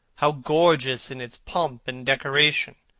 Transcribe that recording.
how gorgeous in its pomp and decoration!